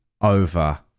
over